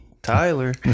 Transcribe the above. Tyler